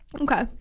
Okay